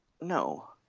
No